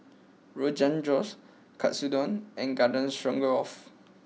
Rogan Josh Katsudon and Garden Stroganoff